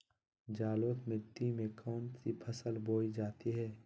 जलोढ़ मिट्टी में कौन फसल बोई जाती हैं?